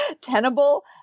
tenable